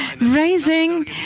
raising